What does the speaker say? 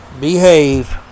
behave